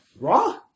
Raw